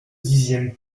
dixième